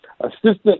assistant